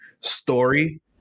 story